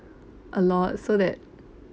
a lot so that